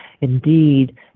indeed